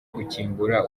gukingura